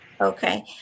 Okay